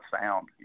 sound